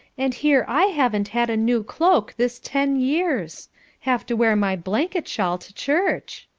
and here i havn't had a new cloak this ten years have to wear my blanket shawl to church.